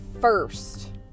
first